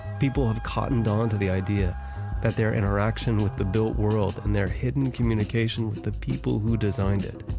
people have cottoned on to the idea that their interaction with the built world and their hidden communication with the people who designed it,